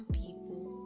people